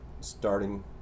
starting